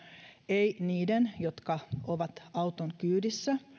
ei niiden jotka ovat auton kyydissä